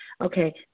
Okay